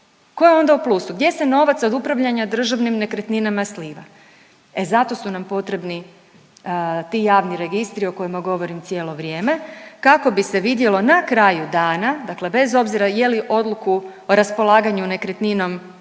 tko je onda u plusu? Gdje se novac od upravljanja državnim nekretninama sliva? E zato su nam potrebni ti javni registri o kojima govorim cijelo vrijeme kako bi se vidjelo na kraju dana, dakle bez obzira je li odluku o raspolaganju nekretninom